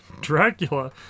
Dracula